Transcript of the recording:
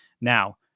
Now